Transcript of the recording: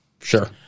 Sure